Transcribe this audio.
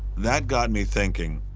that got me thinking.